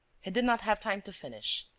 he did not have time to finish.